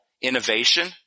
innovation